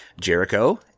Jericho